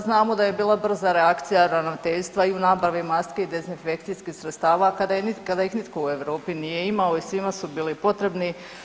Znamo da je bila brza reakcija ravnateljstva i u nabavi maski i dezinfekcijskih sredstava kada ih nitko u Europi nije imao i svima su bili potrebni.